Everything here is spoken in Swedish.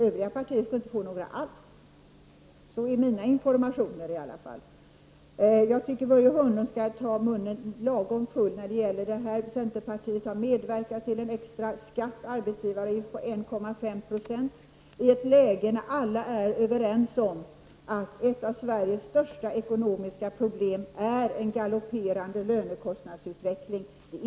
Övriga partier skulle inte få några alls. Så lyder i alla fall den information jag har fått. Jag tycker att Börje Hörnlund skall ta munnen lagom full i denna fråga. Centerpartiet har medverkat till en extra skatt, en arbetsgivaravgift på 1,5 976, och det i ett läge när alla är överens om att ett av Sveriges största ekonomiska problem är en galopperande lönekostnadsutveckling.